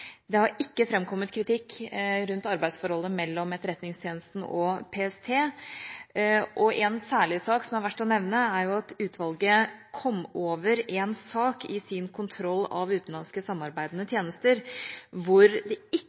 Det har ikke framkommet kritikk rundt arbeidsforholdet mellom Etterretningstjenesten og PST. En særlig sak, som er verdt å nevne, er at utvalget i sin kontroll av utenlandske samarbeidende tjenester kom over en sak hvor det ikke